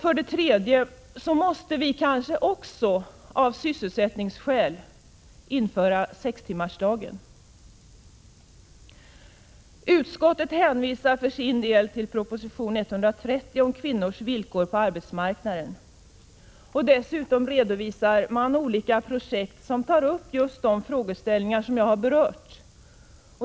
För det tredje måste vi kanske också av sysselsättningsskäl införa sextimmarsdagen. Utskottet hänvisar för sin del till proposition 130 om kvinnors villkor på arbetsmarknaden. Dessutom redovisar utskottet olika projekt som tar upp just de frågeställningar som jag har berört.